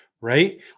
right